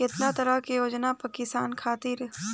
केतना तरह के योजना बा किसान खातिर?